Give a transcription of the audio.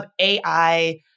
AI